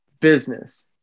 business